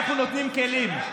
למי אנחנו נותנים כלים?